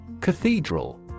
Cathedral